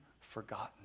forgotten